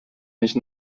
nicht